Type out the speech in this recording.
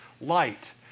light